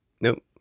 Nope